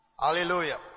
Hallelujah